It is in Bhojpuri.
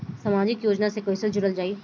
समाजिक योजना से कैसे जुड़ल जाइ?